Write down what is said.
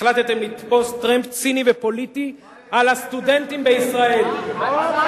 החלטתם לתפוס טרמפ ציני ופוליטי על הסטודנטים בישראל.